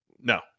No